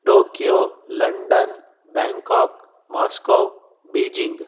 Tokyo London Bangkok Moscow Beijing